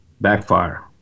backfire